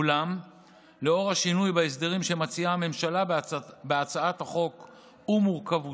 אולם לאור השינוי בהסדרים שמציעה הממשלה בהצעת החוק ומורכבותם,